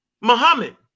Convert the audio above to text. Muhammad